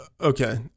Okay